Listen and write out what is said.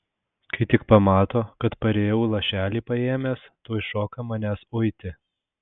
kai tik pamato kad parėjau lašelį paėmęs tuoj šoka manęs uiti